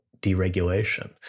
deregulation